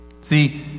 See